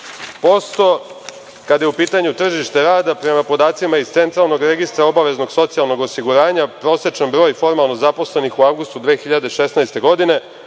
6,7%. Kada je u pitanju tržište rada prema podacima iz Centralnog registra obaveznog osiguranja prosečan broj formalno zaposlenih u avgustu 2016. godine